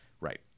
right